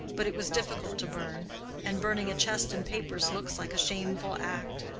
but it was difficult to burn and burning a chest and papers looks like a shameful act.